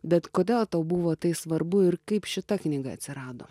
bet kodėl tau buvo tai svarbu ir kaip šita knyga atsirado